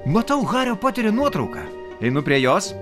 matau hario poterio nuotrauką einu prie jos